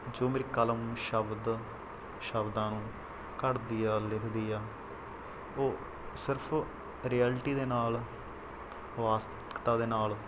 ਜੋ ਮੇਰੀ ਕਲਮ ਸ਼ਬਦ ਸ਼ਬਦਾਂ ਨੂੰ ਘੜਦੀ ਆ ਲਿਖਦੀ ਆ ਉਹ ਸਿਰਫ਼ ਰਿਐਲਿਟੀ ਦੇ ਨਾਲ ਵਾਸਤਵਿਕਤਾ ਦੇ ਨਾਲ